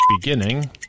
beginning